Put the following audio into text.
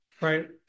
right